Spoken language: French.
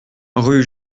rue